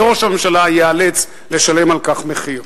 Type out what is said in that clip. וראש הממשלה ייאלץ לשלם על כך מחיר.